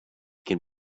can